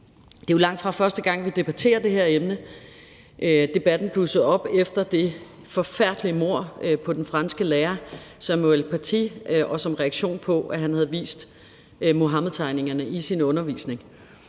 Det er jo langtfra første gang, vi debatterer det her emne. Debatten blussede op efter det forfærdelige mord på den franske lærer Samuel Paty som en reaktion på, at han havde vist Muhammedtegningerne i sin undervisning.